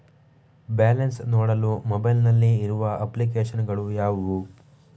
Balance ನೋಡಲು mobile ನಲ್ಲಿ ಇರುವ ಅಪ್ಲಿಕೇಶನ್ ಗಳು ಯಾವುವು?